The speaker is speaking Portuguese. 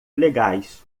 legais